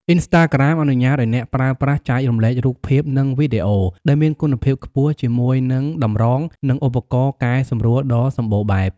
អុីនស្តាក្រាម អនុញ្ញាតឱ្យអ្នកប្រើប្រាស់ចែករំលែករូបភាព និងវីដេអូដែលមានគុណភាពខ្ពស់ ជាមួយនឹងតម្រង និងឧបករណ៍កែសម្រួលដ៏សម្បូរបែប។